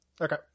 Okay